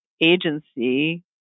agency